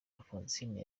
alphonsine